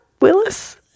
Willis